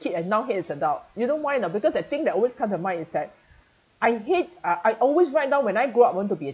kid and now hate as adult you know why or not because the thing that always comes to mine is that I hate uh I always write down when I grow up I want to be a